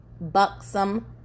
buxom